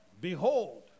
behold